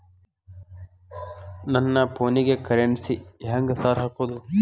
ನನ್ ಫೋನಿಗೆ ಕರೆನ್ಸಿ ಹೆಂಗ್ ಸಾರ್ ಹಾಕೋದ್?